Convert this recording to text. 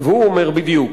בדיוק.